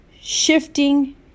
shifting